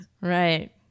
Right